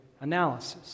analysis